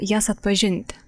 jas atpažinti